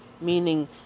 meaning